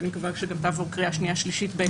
שאני מקווה שגם תעבור קריאה שנייה ושלישית בהקדם,